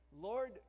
Lord